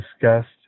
discussed